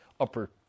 upper